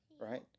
right